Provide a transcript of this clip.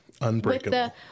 Unbreakable